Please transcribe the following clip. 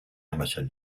amateur